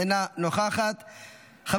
אינה נוכחת,